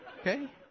Okay